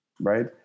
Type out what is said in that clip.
right